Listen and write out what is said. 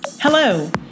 Hello